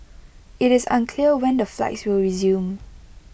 IT is unclear when the flights will resume